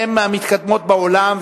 הן מהמתקדמות בעולם,